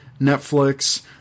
Netflix